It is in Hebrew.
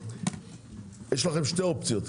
יש לכם שתי אופציות,